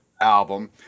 album